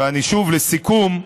ואני שוב, לסיכום,